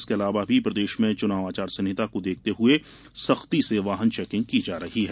इसके अलावा भी प्रदेश में चुनाव आचार संहिता को देखते हुए सख्ती से वाहन चेकिंग की जा रही है